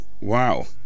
wow